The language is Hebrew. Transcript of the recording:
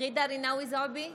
ג'ידא רינאוי זועבי,